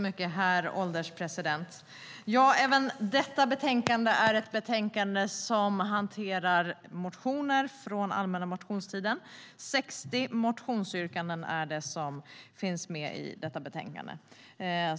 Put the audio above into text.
Herr ålderspresident! Även detta betänkande hanterar motioner från allmänna motionstiden. 60 motionsyrkanden behandlas i betänkandet.